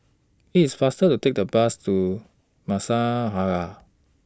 IT IS faster to Take The Bus to Masjid An Nahdhah